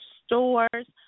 stores